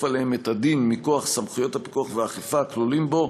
עליהם את הדין מכוח סמכויות הפיקוח והאכיפה הכלולים בו,